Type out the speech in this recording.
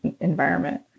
environment